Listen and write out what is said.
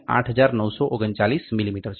8939 millimetre છે